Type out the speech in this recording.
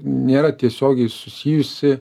nėra tiesiogiai susijusi